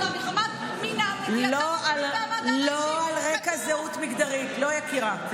חוק שוויון הזדמנויות בעבודה מדבר על אפליה: לא יפלה מעסיק,